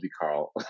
carl